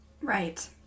Right